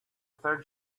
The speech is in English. third